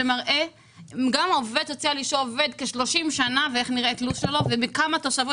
שגם עובד סוציאלי שעובד כ-30 שנה ואיך נראה תלוש שלו ומכמה תוספות